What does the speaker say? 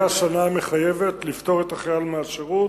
השנה המחייבת לפטור את החייל מהשירות,